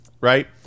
Right